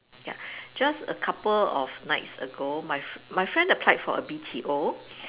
ya just a couple of nights ago my my friend applied for a B_T_O